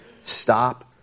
Stop